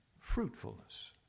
Fruitfulness